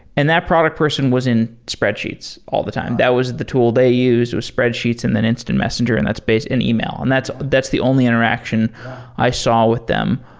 and that product person was in spreadsheets all the time. that was the tool they used with spreadsheets and then instant messenger and that's based in e-mail. and that's that's the only interaction i saw with them.